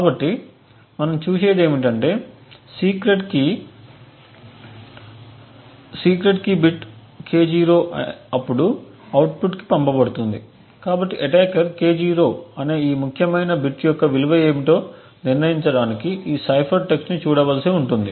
కాబట్టి మనం చూసేది ఏమిటంటే సీక్రెట్ కీ బిట్ K0 అప్పుడు అవుట్పుట్కు పంపబడుతుంది కాబట్టి అటాకర్ K0 అనే ఈ ముఖ్యమైన బిట్ యొక్క విలువ ఏమిటో నిర్ణయించడానికి ఈ సైఫర్ టెక్స్ట్ని చూడవలసి ఉంటుంది